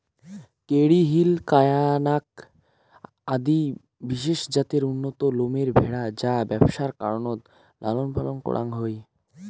Kerry Hill, কানায়াক আদি বিশেষ জাতের উন্নত লোমের ভ্যাড়া যা ব্যবসার কারণত লালনপালন করাং হই